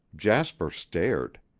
jasper stared.